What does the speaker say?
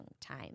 time